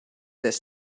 this